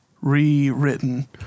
rewritten